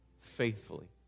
faithfully